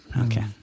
Okay